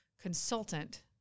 consultant